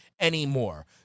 anymore